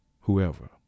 whoever